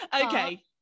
Okay